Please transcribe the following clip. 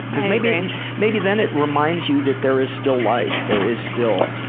because maybe and maybe then it reminds you that there is still life, there is still,